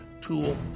tool